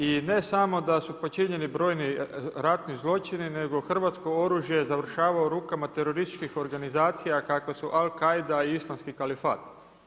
I ne samo da su počinjeni brojni ratni zločini nego hrvatsko oružje završava u rukama terorističkih organizacija kakve su al-kaida i islamski kalifat.